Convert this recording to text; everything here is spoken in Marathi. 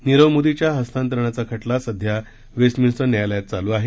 नीरव मोदीच्या हस्तांतरणाचा खटला सध्या वेस्टमिन्सटर न्यायालयात चालू आहे